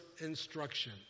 instruction